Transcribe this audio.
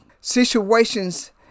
Situations